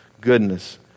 goodness